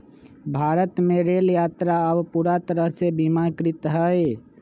भारत में रेल यात्रा अब पूरा तरह से बीमाकृत हई